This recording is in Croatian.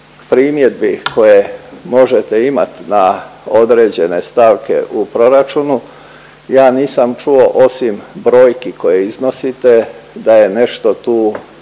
primjedbi koje možete imati na određene stavke u proračunu ja nisam čuo osim brojki koje iznosite da je nešto tu